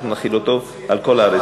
אנחנו נחיל אותו על כל הארץ.